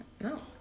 No